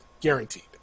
guaranteed